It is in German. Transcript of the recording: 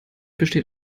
besteht